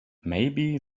maybe